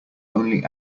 only